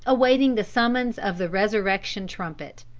awaiting the summons of the resurrection trumpet.